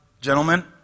Gentlemen